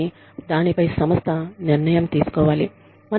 కానీ దానిపై సంస్థ నిర్ణయం తీసుకోవాలి